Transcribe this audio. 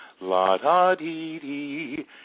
la-da-dee-dee